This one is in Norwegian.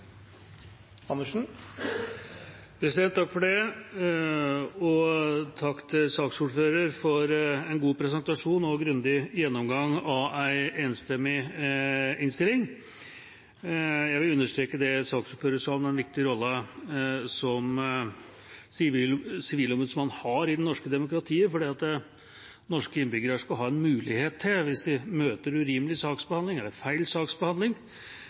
Takk til saksordføreren for en god presentasjon og grundig gjennomgang av en enstemmig innstilling. Jeg vil understreke det saksordføreren sa om den viktige rollen Sivilombudsmannen har i det norske demokratiet. Norske innbyggere skal, hvis de møter urimelig eller feil saksbehandling,